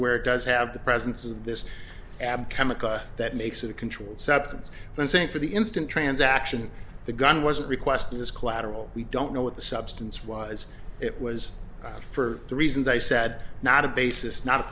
where it does have the presence of this abd chemical that makes it a controlled substance but i think for the instant transaction the gun wasn't request was collateral we don't know what the substance was it was for the reasons i said not a basis